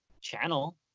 channel